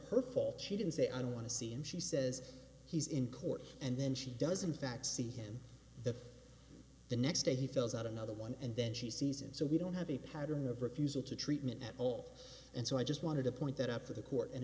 her fault she didn't say i don't want to see him she says he's in court and then she doesn't fact see him that the next day he fills out another one and then she sees and so we don't have a pattern of refusal to treatment at all and so i just wanted to point that up to the court in